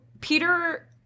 Peter